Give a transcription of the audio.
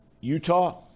Utah